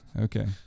okay